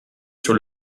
sur